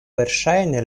verŝajne